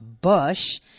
Bush